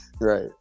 Right